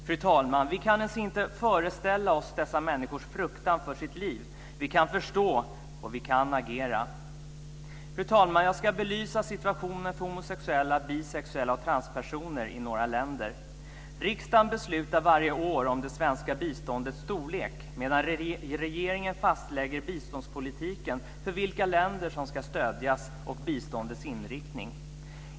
Fru talman! Vi kan inte ens föreställa oss dessa människors fruktan för sitt liv. Vi kan förstå, och vi kan agera. Fru talman! Jag ska belysa situationen för homosexuella, bisexuella och transpersoner i några länder. Riksdagen beslutar varje år om det svenska biståndets storlek, medan regeringen fastlägger biståndspolitiken för vilka länder som ska stödjas och biståndets inriktning.